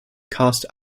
cast